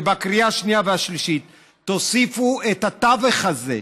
שבקריאה השנייה והשלישית תוסיפו את התווך הזה,